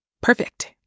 perfect